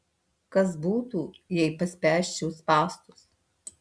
kas būtų jei paspęsčiau spąstus